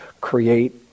create